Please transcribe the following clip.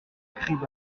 crime